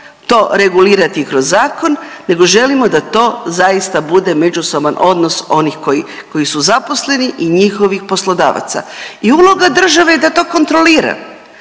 to regulirati kroz zakon nego želimo da to zaista bude međusoban odnos onih koji su zaposleni i njihovih poslodavaca. I uloga države je da to kontrolira,